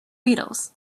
beatles